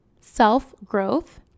self-growth